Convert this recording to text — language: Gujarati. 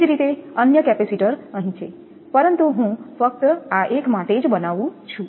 એ જ રીતે અન્ય કેપેસિટર અહીં છે પરંતુ હું ફક્ત આ એક માટે જ બનાવું છું